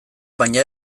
baina